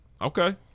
Okay